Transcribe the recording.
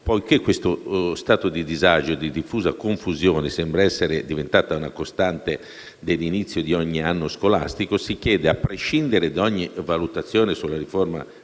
Poiché questo stato di disagio e di diffusa confusione sembra essere diventata una costante dell'inizio di ogni anno scolastico, si chiede, a prescindere da ogni valutazione sulla riforma